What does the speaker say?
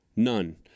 None